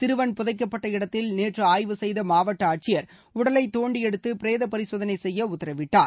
சிறுவன் புதைக்கப்பட்ட இடத்தில் நேற்று ஆய்வு செய்த மாவட்ட ஆட்சியர் உடலை தோண்டி எடுத்து பிரேதப் பரிசோதனை செய்ய உத்தரவிட்டார்